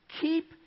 keep